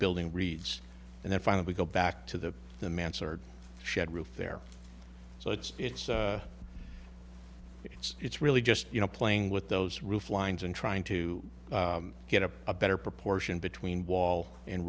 building reads and then finally go back to the the mansard shed roof there so it's it's it's really just you know playing with those roof lines and trying to get a better proportion between wall and